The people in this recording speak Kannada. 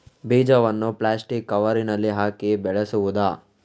ಬೀಜವನ್ನು ಪ್ಲಾಸ್ಟಿಕ್ ಕವರಿನಲ್ಲಿ ಹಾಕಿ ಬೆಳೆಸುವುದಾ?